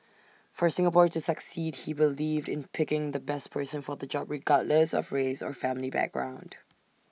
for Singapore to succeed he believed in picking the best person for the job regardless of race or family background